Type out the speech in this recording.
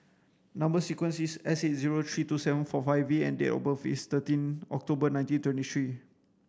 number sequence is S eight zero three two seven four five V and date of birth is thirteen October nineteen twenty three